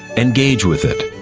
engage with it,